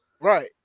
Right